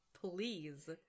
Please